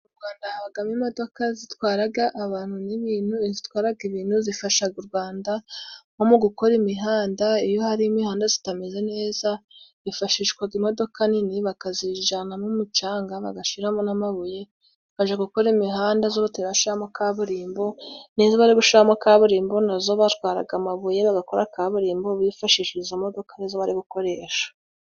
Mu Rwanda habamo imodoka zitwara abantu n'ibintu. Izitwara ibintu zifasha u Rwanda nko mu gukora imihanda. Iyo hari imihanda itameze neza hifashishwa imodoka nini bakazijyanamo umucanga, bagashiramo n'amabuye bajya gukora imihanda batarashyimo kaburimbo. N'iyo bari gushyiramo kaburimbo na bwo batwara amabuye bagakora kaburimbo bifashishije izo modoka. Ni zo bariri gukoresha.